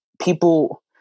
people